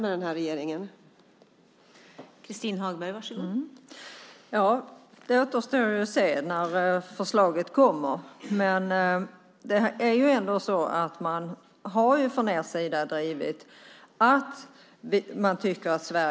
Det är jag övertygad om.